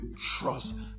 trust